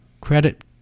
credit